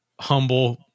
humble